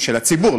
של הציבור,